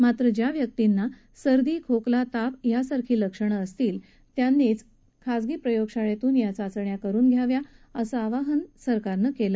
मात्र ज्या व्यक्तींना सर्दी खोकला ताप यासारखी लक्षणं असतील त्यांनीच खासगी लॅबमधून या चाचण्या करून घ्यावात असं आवाहन त्यांनी केलं